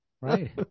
Right